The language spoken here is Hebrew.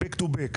ה-back to back,